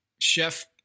chef –